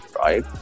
right